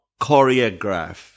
choreograph